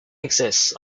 exists